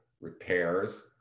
repairs